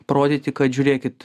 parodyti kad žiūrėkit